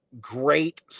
great